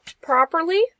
properly